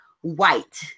White